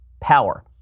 power